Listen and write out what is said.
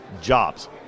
Jobs